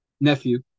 nephew